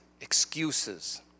excuses